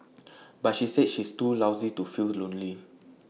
but she said she is too busy to feel lonely